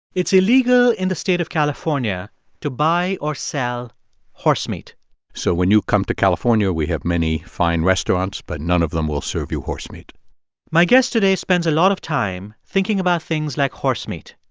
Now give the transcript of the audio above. it's illegal in the state of california to buy or sell horse meat so when you come to california, we have many fine restaurants, but none of them will serve you horse meat my guest today spends a lot of time thinking about things like horse meat.